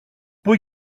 πού